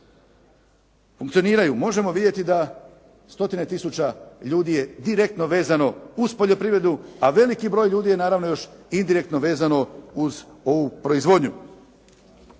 funkcioniranju, možemo vidjeti da stotine tisuće ljudi je direktno vezano uz poljoprivredu, a veliki broj ljudi je naravno još i indirektno vezano uz ovu proizvodnju.